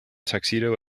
tuxedo